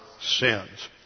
sins